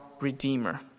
Redeemer